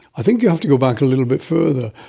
i think you have to go back a little bit further.